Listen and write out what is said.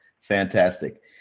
fantastic